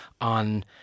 on